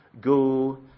Go